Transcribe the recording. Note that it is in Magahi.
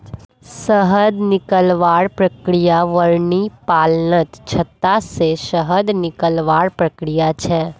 शहद निकलवार प्रक्रिया बिर्नि पालनत छत्ता से शहद निकलवार प्रक्रिया छे